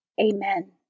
Amen